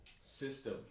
system